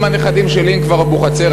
אם הנכדים שלי הם כבר אבוחצירא,